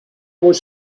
was